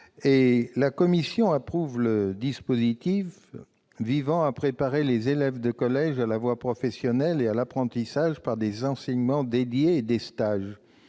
sociales approuve le dispositif visant à préparer les élèves de collège à la voie professionnelle et à l'apprentissage par des enseignements dédiés et des stages.